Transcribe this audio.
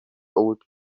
old